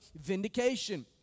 vindication